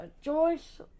Joyce